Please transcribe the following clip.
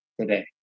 today